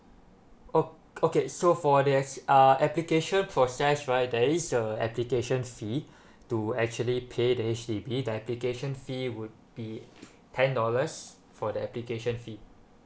o~ okay so for the app~ uh application process right there is a application fee to actually pay the H_D_B the application fee would be ten dollars for the application fee